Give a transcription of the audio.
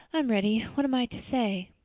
i'm ready. what am i to say?